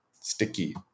sticky